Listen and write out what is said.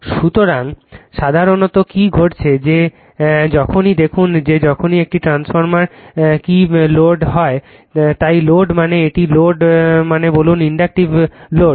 সুতরাং সাধারণত কি ঘটেছে যে যখনই দেখুন যে যখনই একটি ট্রান্সফরমার কি কল লোড হয় তাই লোড মানে এটি লোড মানে বলুন ইন্ডাকটিভ লোড